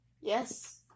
Yes